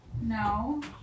No